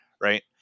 right